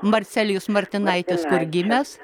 marcelijus martinaitis kur gimęs